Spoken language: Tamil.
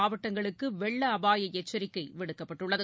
மாவட்டங்களுக்குவெள்ளஅபாயஎச்சரிக்கைவிடுக்கப்பட்டுள்ளது